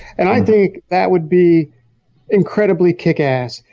and i think that would be incredibly kick-ass.